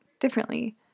differently